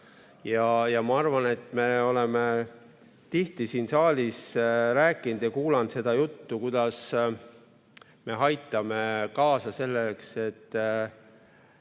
Ma arvan, et me oleme siin saalis tihti rääkinud ja kuulanud seda juttu, kuidas me aitame kaasa sellele, et